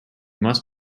must